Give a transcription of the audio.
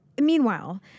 Meanwhile